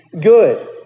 good